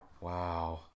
wow